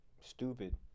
Stupid